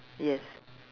yes